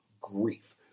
grief